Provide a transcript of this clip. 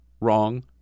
wrong